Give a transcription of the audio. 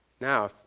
Now